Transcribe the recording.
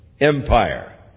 empire